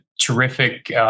terrific